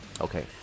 Okay